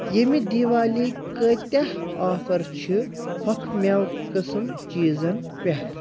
ییٚمہِ دیوالی کۭتیٛاہ آفَر چھِ ہۄکھٕ مٮ۪وٕ قٕسٕم چیٖزَن پٮ۪ٹھ